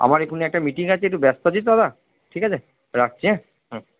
আমার এখনই একটা মিটিং আছে একটু ব্যস্ত আছি তো দাদা ঠিক আছে রাখছি হ্যাঁ হুম